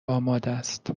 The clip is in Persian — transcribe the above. آمادست